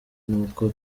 n’uko